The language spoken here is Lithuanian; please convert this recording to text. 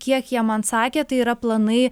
kiek jie man sakė tai yra planai